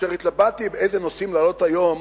וכאשר התלבטתי איזה נושאים להעלות היום,